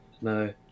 no